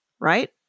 Right